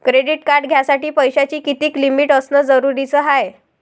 Credit card घ्यासाठी पैशाची कितीक लिमिट असनं जरुरीच हाय?